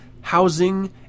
housing